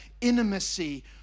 intimacy